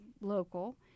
local